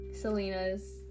Selena's